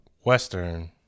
Western